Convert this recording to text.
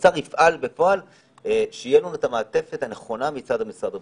כשהמוצר יפעל בפועל שתהיה לנו את המעטפת הנכונה מצד משרד הבריאות.